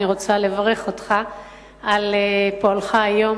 אני רוצה לברך אותך על פועלך היום,